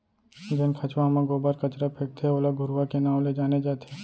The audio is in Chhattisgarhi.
जेन खंचवा म गोबर कचरा फेकथे ओला घुरूवा के नांव ले जाने जाथे